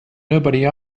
nobody